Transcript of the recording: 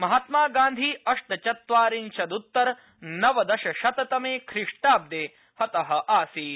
महात्मा गान्धी अष्टचत्वारिंशदुत्तर नवदश शततमे ख्रीष्टाब्दे हत आसीत्